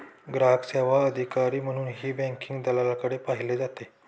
ग्राहक सेवा अधिकारी म्हणूनही बँकिंग दलालाकडे पाहिले जाते